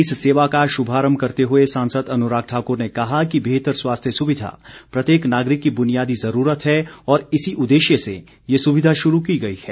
इस सेवा का शुभारम्भ करते हुए सांसद अनुराग ठाकुर ने कहा कि बेहतर स्वास्थ्य सुविधा प्रत्येक नागरिक की बुनियादी ज़रूरत है और इसी उद्देश्य से ये सुविधा श़ुरू की गई है